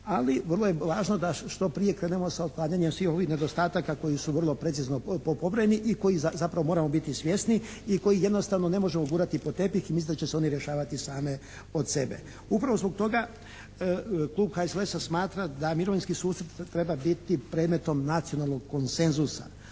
ali vrlo je važno da što prije krenemo sa otklanjanjem svih ovih nedostataka koji su vrlo precizno pobrojani i kojih zapravo moramo biti svjesni i koji jednostavno ne može gurati pod tepih i misliti da će se oni rješavati same od sebe. Upravo zbog toga klub HSLS-a smatra da mirovinski sustav treba biti predmetom nacionalnog konsenzusa.